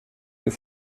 ist